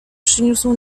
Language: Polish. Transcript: przyniósł